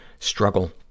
struggle